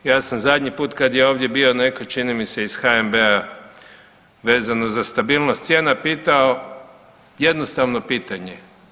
Ja sam zadnji put kad je ovdje bio netko čini mi se iz HNB-a vezano za stabilnost cijena pitao jednostavno pitanje.